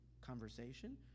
conversation